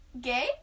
gay